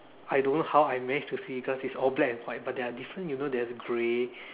I don't know how I manage to see cause it's all black and white but there are different you know there's grey